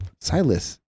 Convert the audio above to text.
Silas